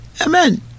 Amen